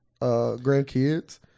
grandkids